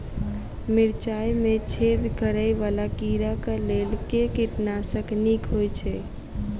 मिर्चाय मे छेद करै वला कीड़ा कऽ लेल केँ कीटनाशक नीक होइ छै?